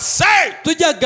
say